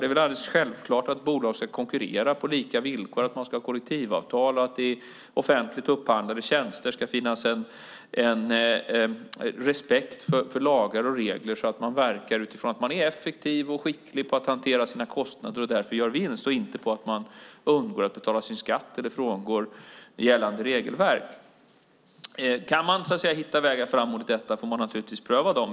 Det är alldeles självklart att bolag ska konkurrera på lika villkor och att man ska ha kollektivavtal. Det ska i offentligt upphandlade tjänster finnas en respekt för lagar och regler så att man verkar utifrån att man är effektiv och skicklig på att hantera sina kostnader och gör vinst på grund av det, inte på grund av att man undgår att betala sin skatt eller frångår gällande regelverk. Kan man hitta vägar framåt i detta får man naturligtvis pröva dem.